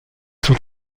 sont